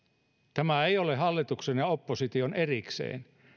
tämä ei ole hallituksen ja ja opposition erikseen